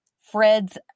Fred's